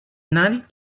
united